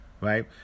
right